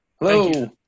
Hello